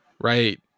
right